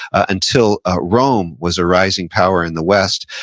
until ah rome was a rising power in the west,